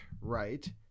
right